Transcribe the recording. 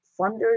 funders